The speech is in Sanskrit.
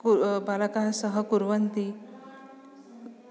कु बालकाः सहकुर्वन्ति